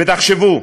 ותחשבו,